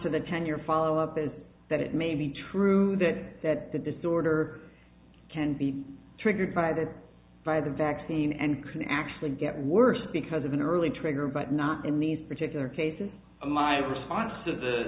to the ten year follow up is that it may be true that that the disorder can be triggered by that by the vaccine and can actually get worse because of an early trigger but not in these particular cases my response of the